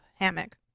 hammock